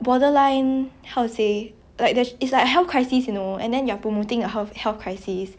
it's like not saying that skinny people cannot have health issues but it's already like so much proof that when